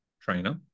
trainer